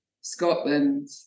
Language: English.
Scotland